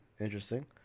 interesting